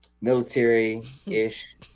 military-ish